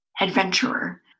adventurer